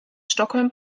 stockholm